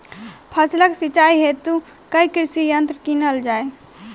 फसलक सिंचाई हेतु केँ कृषि यंत्र कीनल जाए?